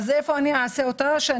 איפה אני אעשה אותה?